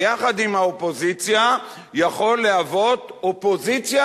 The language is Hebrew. ויחד עם האופוזיציה יכול להוות אופוזיציה